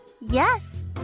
Yes